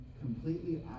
completely